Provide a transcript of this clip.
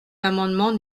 l’amendement